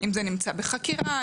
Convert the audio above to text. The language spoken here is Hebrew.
אם זה נמצא בחקירה,